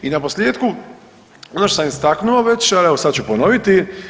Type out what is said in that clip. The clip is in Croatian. I na posljetku ono što sam istaknuo već, ali evo sad ću ponoviti.